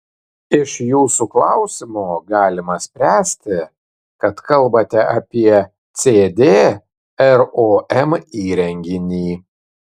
iš jūsų klausimo galima spręsti kad kalbate apie cd rom įrenginį